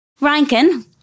Rankin